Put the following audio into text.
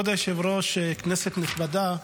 כבוד היושב-ראש, כנסת נכבדה,